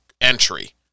entry